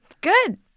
Good